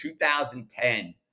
2010